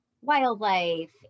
wildlife